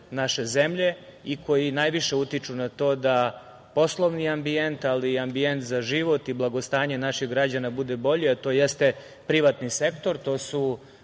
našeg zemlje i koji najviše utiču na to da poslovni ambijent, ali i ambijent za život i blagostanje naših građana bude bolje, a to jeste privatni sektor. To su